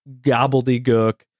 gobbledygook